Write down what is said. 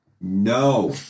No